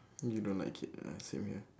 you don't like it ah same here